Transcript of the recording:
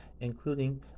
including